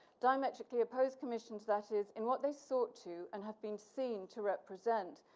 diametrically opposed commissions, that is, in what they sought to and have been seen to represent.